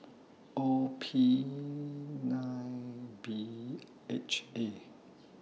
O P nine B H A